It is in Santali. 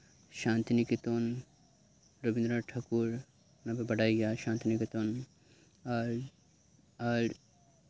ᱥᱟᱱᱛᱤᱱᱤᱠᱮᱛᱚᱱ ᱨᱚᱵᱤᱱᱫᱽᱨᱚᱱᱟᱛᱷ ᱴᱷᱟᱹᱠᱩᱨ ᱚᱱᱟᱯᱮ ᱵᱟᱰᱟᱭ ᱜᱮᱭᱟ ᱥᱟᱱᱛᱤᱱᱤᱠᱮᱛᱚᱱ ᱟᱨ ᱟᱨ